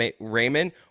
Raymond